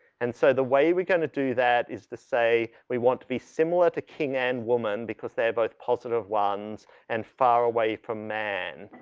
and so, the way we're gonna do that is to say we want to be similar to king and woman because they're both positive ones and far away from man.